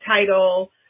title